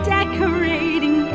Decorating